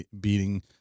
beating